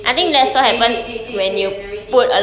they date date they date date date date and everything